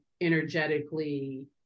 energetically